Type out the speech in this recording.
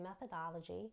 methodology